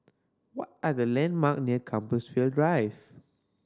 what are the landmark near Compassvale Drive